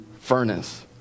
furnace